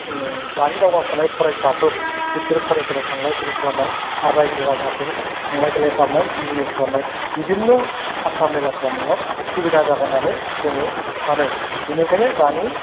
दानि दावगाफुनाय फरायसाफोर बिसोर फरायसालियाव थांलाय फैलाय खालामनाय आरो रायजो राजाफोर थांलाय फैलाय खालामनाय बिजनेस खालामनाय बिभिन्न' हान्था मेला खालामनायाव सुबिदा जागोन होननानै जोङो सानो बिनिखायनो दानि